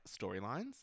storylines